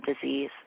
disease